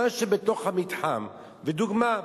לדוגמה,